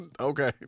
okay